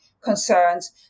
concerns